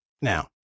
Now